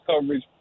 coverage